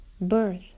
birth